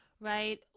right